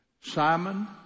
Simon